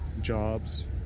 jobs